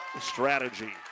strategy